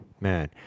man